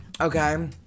Okay